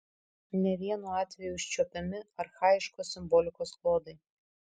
ne vienu atveju užčiuopiami archaiškos simbolikos klodai